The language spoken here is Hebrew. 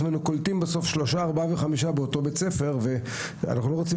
שקלטנו שלושה וארבעה לאותו בית ספר ואנחנו לא רוצים